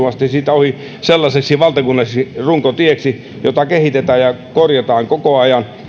asti ja siitä ohi sellaiseksi valtakunnalliseksi runkotieksi jota kehitetään ja korjataan koko ajan